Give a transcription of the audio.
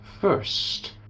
first